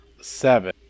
seven